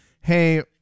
hey